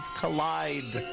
collide